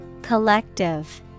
Collective